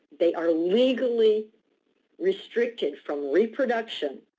they are legally restricted from reproduction